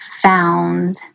found